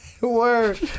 Word